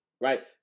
right